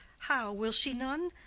how? will she none?